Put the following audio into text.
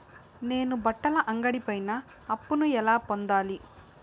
నేను బట్టల అంగడి పైన అప్పును ఎలా పొందాలి?